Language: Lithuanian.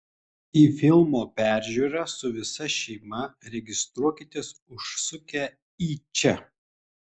į filmo peržiūrą su visa šeima registruokitės užsukę į čia